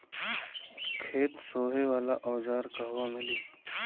खेत सोहे वाला औज़ार कहवा मिली?